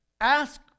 ask